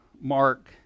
Mark